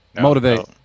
motivate